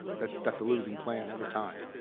that's a losing plan every time.